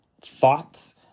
thoughts